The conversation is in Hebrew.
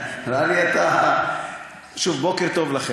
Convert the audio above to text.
הוא עובד על עצמו, תאמין לי.